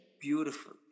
Beautiful